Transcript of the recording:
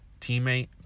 teammate